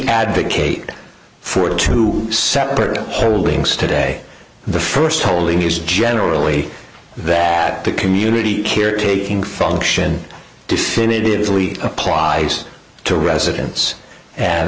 advocate for two separate holdings today the st holding is generally that the community caretaking function definitively applies to